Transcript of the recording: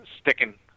sticking